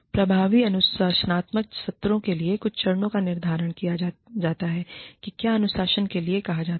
प्रभावी अनुशासनात्मक सत्रों के लिए कुछ चरणों का निर्धारण किया जाता है कि क्या अनुशासन के लिए कहा जाता है